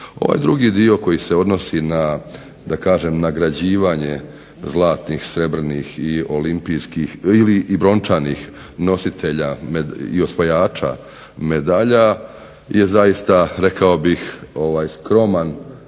Ovaj drugi dio koji se odnosi na nagrađivanje zlatnih, srebrnih i brončanih nositelja i osvajača medalja je zaista rekao bih skroman